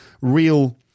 real